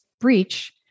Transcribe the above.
breach